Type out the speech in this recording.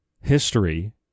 history